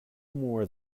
more